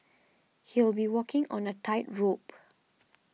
he'll be walking on a tightrope